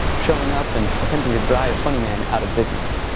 showing up and attempting to drive funny man out of business.